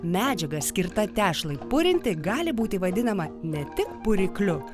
medžiaga skirta tešlai purinti gali būti vadinama ne tik purikliu